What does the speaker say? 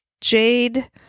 jade